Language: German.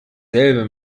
selbe